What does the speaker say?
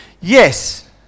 Yes